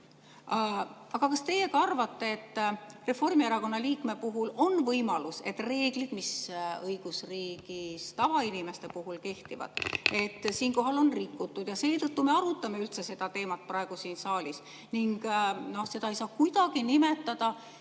Aga kas teie ka arvate, et Reformierakonna liikme puhul on võimalus, et reegleid, mis õigusriigis tavainimeste puhul kehtivad, on siinkohal rikutud ja seetõttu me arutame seda teemat praegu siin saalis ning seda ei saa kuidagi nimetada